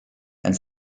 and